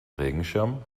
regenschirm